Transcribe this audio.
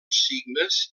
signes